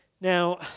Now